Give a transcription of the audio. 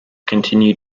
continued